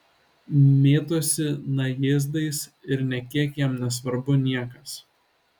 mėtosi najėzdais ir nė kiek jam nesvarbu niekas